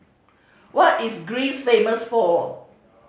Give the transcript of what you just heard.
what is Greece famous for